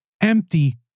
empty